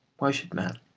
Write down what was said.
why should man?